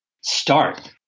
start